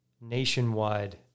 nationwide